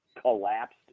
collapsed